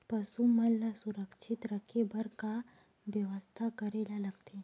पशु मन ल सुरक्षित रखे बर का बेवस्था करेला लगथे?